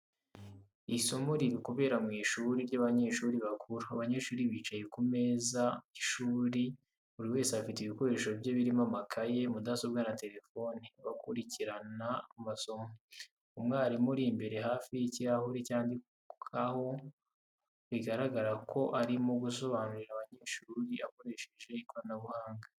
Isomo riri kubera mu ishuri ry’abanyeshuri bakuru. Abanyeshuri bicaye ku meza y’ishuri, buri wese afite ibikoresho bye birimo amakaye, mudasobwa na telefone, bakurikirana amasomo. Umwarimu ari imbere hafi y'ikirahure cyandikaho, bigaragaza ko arimo gusobanurira abanyeshuri akoresheje ikoranabuhanga.